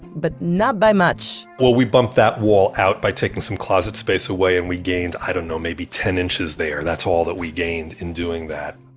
but not by much well, we bumped that wall out by taking some closet space away and we gained, i don't know, maybe ten inches there. that's all that we gained in doing that